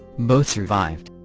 both survived.